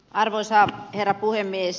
arvoisa herra puhemies